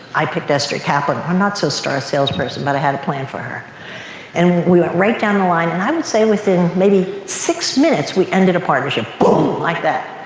i picked esther caplan, our um not-so-star salesperson but i had a plan for her and we went right down the line and i would say within maybe six minutes we ended a partnership. boom, like that.